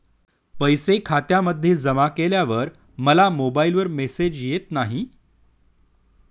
पैसे खात्यामध्ये जमा केल्यावर मला मोबाइलवर मेसेज येत नाही?